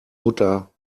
mutter